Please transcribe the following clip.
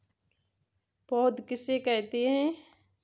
पौध किसे कहते हैं?